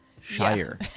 Shire